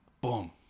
boom